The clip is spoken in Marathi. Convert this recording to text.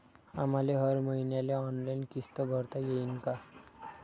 आम्हाले हर मईन्याले ऑनलाईन किस्त भरता येईन का?